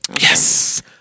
Yes